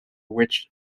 which